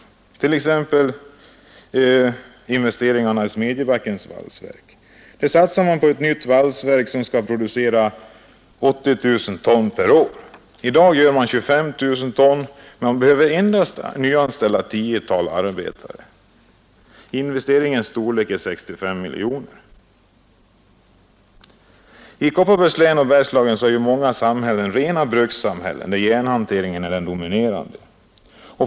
Det gäller t.ex. investeringen i Smedjebackens valsverk. Där satsar man på ett nytt valsverk som skall producera 80 000 ton per år. I dag producerar man 25 000 ton, men man behöver endast nyanställa ca 10 man, och investeringens storlek är på 65 miljoner kronor. I både Kopparbergs län och i Bergslagen är många samhällen rena brukssamhällen där järnhanteringen är dominerande.